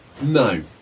No